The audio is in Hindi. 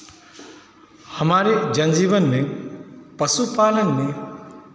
हमारे जनजीवन में पशुपालन में